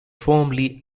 firmly